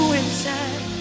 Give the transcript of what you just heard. inside